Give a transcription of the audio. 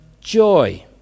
joy